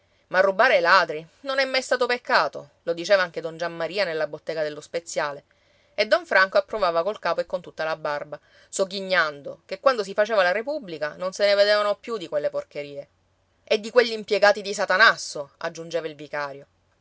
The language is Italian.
ma rubare ai ladri non è stato mai peccato lo diceva anche don giammaria nella bottega dello speziale e don franco approvava col capo e con tutta la barba sogghignando che quando si faceva la repubblica non se ne vedevano più di quelle porcherie e di quegli impiegati di satanasso aggiungeva il vicario